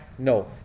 No